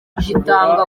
gitanga